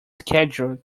scheduled